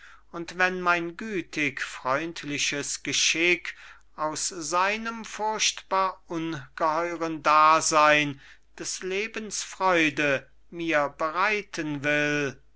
und wenn mein gütig freundliches geschick aus seinem furchtbar ungeheuren dasein des lebens freude mir bereiten will